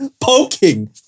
Poking